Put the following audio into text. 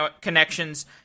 connections